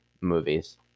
movies